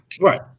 Right